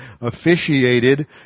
officiated